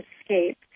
Escape